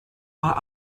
are